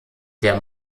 der